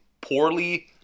poorly